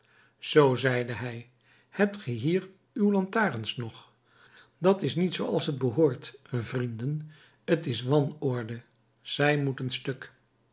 zoo zeide hij hebt ge hier uw lantaarns nog dat is niet zooals t behoort vrienden t is wanorde zij moeten stuk